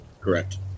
Correct